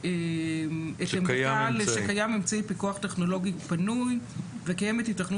שקיים אמצעי פיקוח טכנולוגי פנוי וקיימת היתכנות